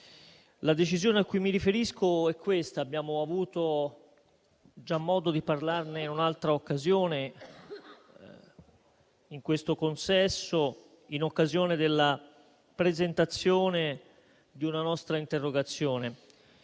La decisione a cui mi riferisco - abbiamo avuto già modo di parlarne un'altra volta in questo consesso, in occasione della presentazione di una nostra interrogazione